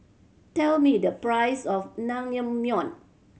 tell me the price of Naengmyeon